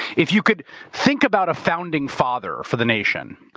if you could think about a founding father for the nation,